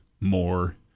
more